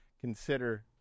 consider